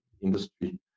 industry